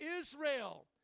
Israel